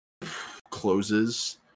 closes